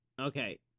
Okay